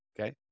Okay